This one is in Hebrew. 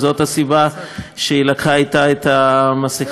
וזאת הסיבה שהיא לקחה אתה את המסכה.